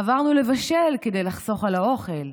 עברנו לבשל כדי לחסוך על האוכל,